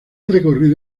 recorrido